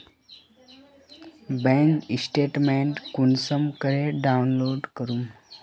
Bank statement कुंसम करे download करूम?